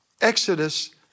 Exodus